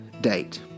date